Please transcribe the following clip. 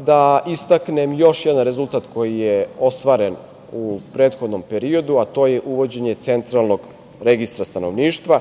da istaknem još jedan rezultat koji je ostvaren u prethodnom periodu, a to je uvođenje Centralnog registra stanovništva